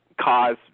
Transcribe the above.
cause